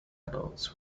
adults